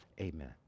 Amen